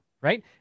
right